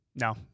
No